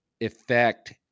effect